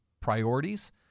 priorities